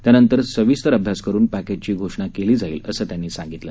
त्यानंतर सविस्तर अभ्यास करून पॅकेजची घोषणा केली जाईल असं ते म्हणाले